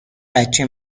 بچه